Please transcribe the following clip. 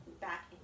back